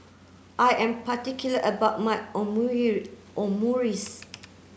I am particular about my Omurice